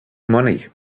money